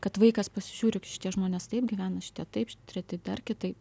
kad vaikas pasižiūri šitie žmonės taip gyvena šitie taip treti dar kitaip